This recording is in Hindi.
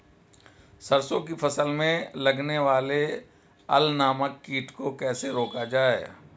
सरसों की फसल में लगने वाले अल नामक कीट को कैसे रोका जाए?